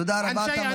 תודה רבה.